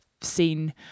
seen